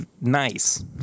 nice